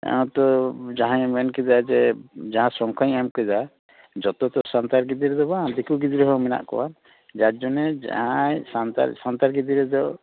ᱛᱚ ᱡᱟᱦᱟᱸᱭᱮ ᱢᱮᱱ ᱠᱮᱫᱟ ᱡᱮ ᱡᱟᱦᱟᱸ ᱥᱚᱝᱠᱷᱟᱧ ᱮᱢ ᱠᱮᱫᱟ ᱡᱚᱛᱚ ᱛᱚ ᱥᱟᱱᱛᱟᱲ ᱜᱤᱫᱽᱨᱟᱹ ᱛᱚ ᱵᱟᱝ ᱫᱤᱠᱩ ᱜᱤᱫᱽᱨᱟᱹ ᱦᱚᱸ ᱢᱮᱱᱟᱜ ᱠᱚᱣᱟ ᱡᱟᱨ ᱡᱚᱱᱮ ᱡᱟᱦᱟᱭ ᱥᱟᱱᱛᱟᱲ ᱜᱤᱫᱽᱨᱟᱹ ᱫᱚ